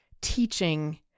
teaching